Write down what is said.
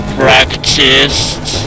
practiced